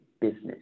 business